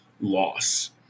loss